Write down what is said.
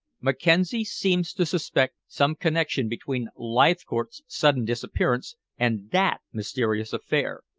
mackenzie seems to suspect some connection between leithcourt's sudden disappearance and that mysterious affair.